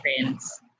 friends